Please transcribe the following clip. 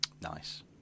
Nice